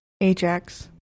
Ajax